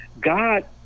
God